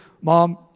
Mom